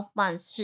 months